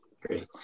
Great